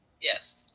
Yes